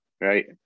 Right